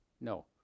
no